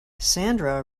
sandra